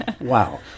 Wow